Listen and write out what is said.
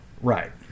Right